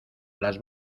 las